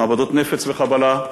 מעבדות נפץ וחבלה,